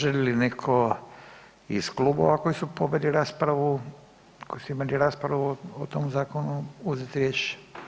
Želi li neko iz klubova koji su poveli raspravu, koji su imali raspravu o tom zakonu uzet riječ?